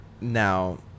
now